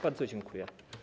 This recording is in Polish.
Bardzo dziękuję.